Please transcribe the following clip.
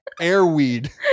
Airweed